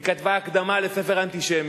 היא כתבה הקדמה לספר אנטישמי,